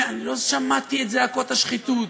אני לא שמעתי את זעקות ה"שחיתות".